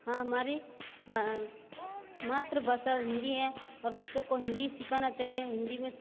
हाँ हमारी मात्र भाषा हिंदी है और बच्चों को हिंदी सिखाना चाहिए हिंदी में